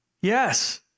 Yes